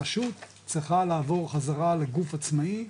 הרשות צריכה לעבור חזרה לגוף עצמאי,